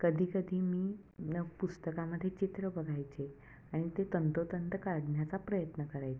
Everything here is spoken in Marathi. कधीकधी मी नं पुस्तकामध्ये चित्र बघायचे आणि ते तंतोतंत काढण्याचा प्रयत्न करायचे